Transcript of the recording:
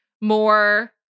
more